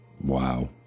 Wow